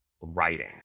writing